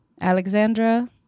Alexandra